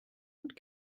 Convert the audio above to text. und